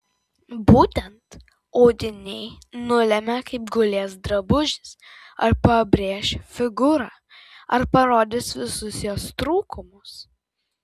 būtent audiniai nulemia kaip gulės drabužis ar pabrėš figūrą ar parodys visus jos trūkumus